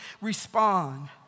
respond